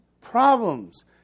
problems